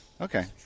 Okay